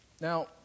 Now